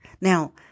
Now